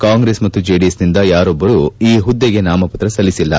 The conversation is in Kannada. ಕಾಂಗ್ರೆಸ್ ಮತ್ತು ಜೆಡಿಎಸ್ನಿಂದ ಯಾರೊಬ್ಲರು ಈ ಹುದ್ದೆಗೆ ನಾಮಪತ್ರ ಸಲ್ಲಿಸಿಲ್ಲ